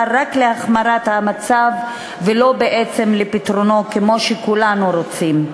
רק להחמרת המצב ולא בעצם לפתרונות כמו שכולנו רוצים.